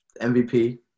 MVP